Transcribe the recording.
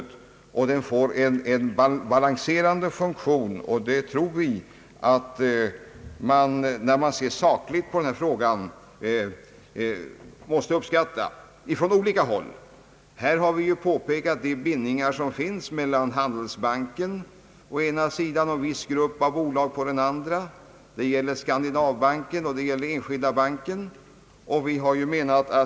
Investeringsbanken får en balanserande funktion, vilket vi tror måste uppskattas från olika håll, om man ser sakligt på frågan. Vi har påpekat de bindningar som finns mellan Handelsbanken å ena sidan och en viss grupp av bolag på den andra — samt mellan Skandinaviska Banken, Enskilda Banken och om dessa bankers koppling till en annan grupp av bolag.